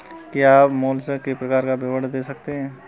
क्या आप मोलस्क के प्रकार का विवरण दे सकते हैं?